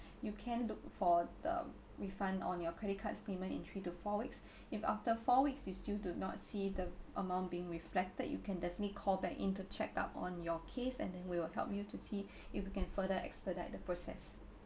you can look for the refund on your credit card's payment in three to four weeks if after four weeks you still do not see the amount being reflected you can definitely call back in to check up on your case and then we will help you to see if we can further expedite the process